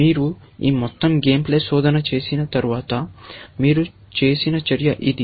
మీరు ఈ మొత్తం గేమ్ ప్లే శోధన చేసిన తర్వాత మీరు చేసిన చర్య ఇది